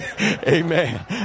Amen